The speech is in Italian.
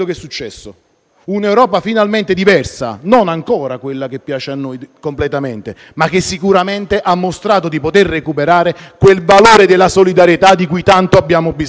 un'Europa finalmente diversa. Non ancora completamente quella che piace a noi, ma che sicuramente ha mostrato di poter recuperare quel valore della solidarietà di cui tanto abbiamo bisogno.